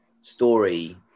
story